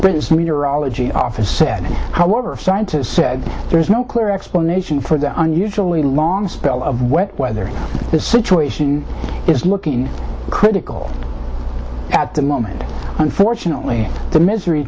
meteorology office said however if scientists said there is no clear explanation for the unusually long spell of wet weather the situation is looking critical at the moment unfortunately the misery